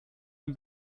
dem